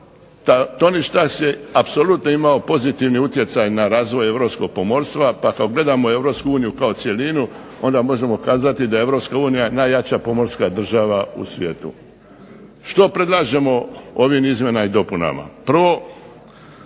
Tonage tax je apsolutno imao utjecaj na razvoj Europskog pomorstva pa kada gledamo Europsku uniju kao cjelinu onda možemo kazati da je Europska unija najjača pomorska država u svijetu. Što predlažemo ovim izmjenama i dopunama?